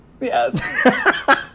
Yes